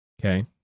okay